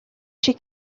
she